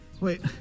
Wait